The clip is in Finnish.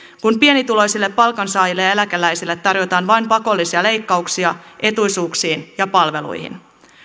kun pienituloisille palkansaajille ja eläkeläisille tarjotaan vain pakollisia leikkauksia etuisuuksiin ja palveluihin